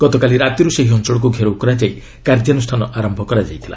ଗତକାଲି ରାତିରୁ ସେହି ଅଞ୍ଚଳକୁ ଘେରାଉ କରାଯାଇ କାର୍ଯ୍ୟାନୁଷ୍ଠାନ ଆରମ୍ଭ ହୋଇଥିଲା